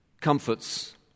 comforts